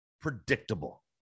predictable